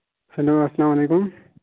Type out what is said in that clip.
hello اَسلام وعلیکُم